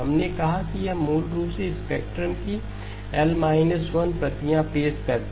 हमने कहा कि यह मूल रूप से स्पेक्ट्रम की L − 1 प्रतियां पेश करता है